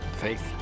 Faith